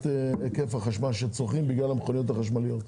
היקף החשמל שצורכים בגלל המכוניות החשמליות?